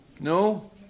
No